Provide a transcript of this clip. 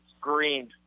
green